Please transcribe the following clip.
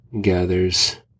gathers